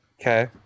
okay